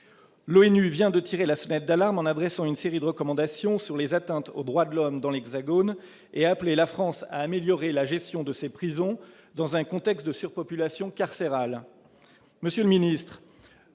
unies vient de tirer la sonnette d'alarme en adressant une série de recommandations eu égard aux atteintes aux droits de l'homme commises dans l'Hexagone. Elle a appelé la France à améliorer la gestion de ses prisons dans un contexte de surpopulation carcérale.